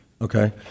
Okay